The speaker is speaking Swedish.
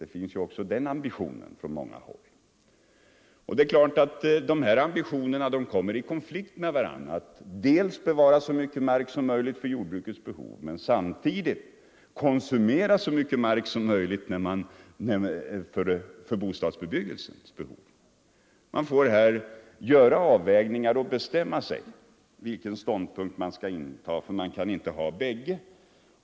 — tiken Det är klart att de här ambitionerna kommer i konflikt med varandra — dels bevara så mycket mark som möjligt för jordbruksbehov, dels konsumera så mycket mark som möjligt för bostadsbyggelsens behov. Man får bestämma sig för vilken ståndpunkt man skall ha. Man kan inte ha bägge.